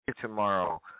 tomorrow